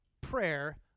prayer